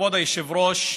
כבוד היושב-ראש,